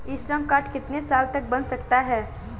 ई Shram card कितने साल तक बन सकता है?